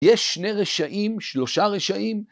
‫יש שני רשעים, שלושה רשעים.